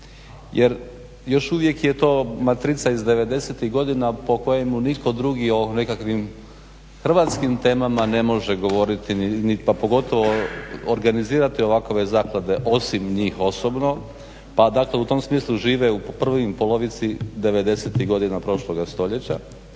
jer još uvijek je to matrica iz '90-ih godina po kojemu nitko drugi o nekakvim hrvatskim temama ne može govoriti pa pogotovo organizirati ovakve zaklade osim njih osobno. Pa dakle u tom smislu žive u prvoj polovici '90-ih godina prošloga stoljeća.